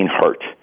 hurt